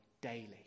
Daily